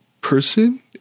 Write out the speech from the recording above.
person